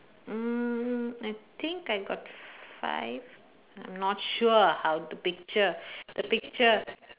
mm I think I got five I not sure how the picture the picture